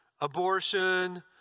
Abortion